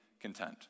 content